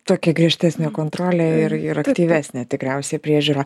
tokia griežtesnė kontrolė ir ir aktyvesnė tikriausiai priežiūra